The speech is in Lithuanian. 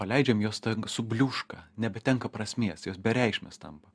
paleidžiam juos tag subliūška nebetenka prasmės jos bereikšmės tampa